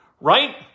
right